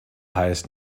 highest